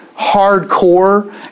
hardcore